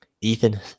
Ethan